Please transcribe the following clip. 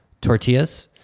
tortillas